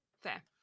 fair